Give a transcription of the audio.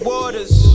Waters